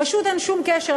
פשוט אין שום קשר.